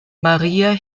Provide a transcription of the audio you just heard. maria